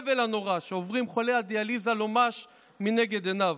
הסבל הנורא שעוברים חולי הדיאליזה לא מש מנגד עיניו.